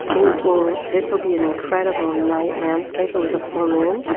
thinking this will be an incredible night landscape. it was a full moon.